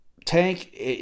Tank